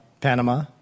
Panama